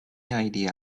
idea